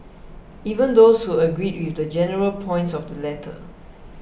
even those who agreed with the general points of the letter